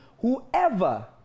Whoever